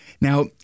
Now